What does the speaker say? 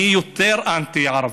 אני יותר אנטי-ערבים?